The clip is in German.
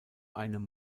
einem